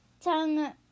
tongue